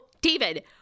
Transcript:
David